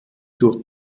zur